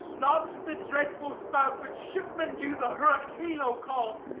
not the dreadful spout which shipmen do the hurricano call,